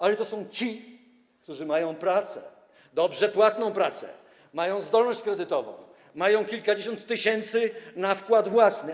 Ale to są ci, którzy mają pracę, dobrze płatną pracę, mają zdolność kredytową, mają kilkadziesiąt tysięcy na wkład własny.